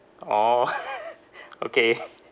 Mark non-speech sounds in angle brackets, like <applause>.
orh <laughs> okay <laughs>